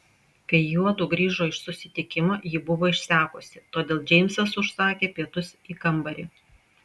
kai juodu grįžo iš susitikimo ji buvo išsekusi todėl džeimsas užsakė pietus į kambarį